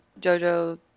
Jojo